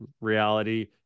reality